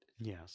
yes